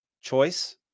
choice